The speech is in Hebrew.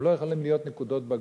הם לא יכולים להיות נקודות בגרות.